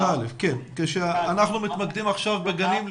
אנחנו מתמקדים עכשיו בגנים.